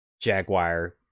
Jaguar